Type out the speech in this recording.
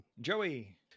Joey